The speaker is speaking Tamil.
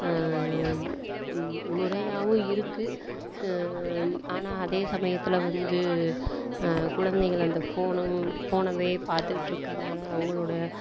முறையாகவும் இருக்குது ஆனால் அதே சமயத்தில் வந்து குழந்தைகள் அந்த ஃபோனும் ஃபோனவே பார்த்துட்டு இருக்கிறதுனால அவங்களோட